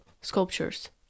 sculptures